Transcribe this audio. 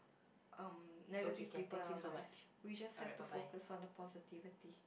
um negative people in our lives we just have to focus on the positivity